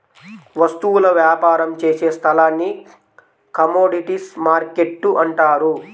వస్తువుల వ్యాపారం చేసే స్థలాన్ని కమోడీటీస్ మార్కెట్టు అంటారు